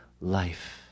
life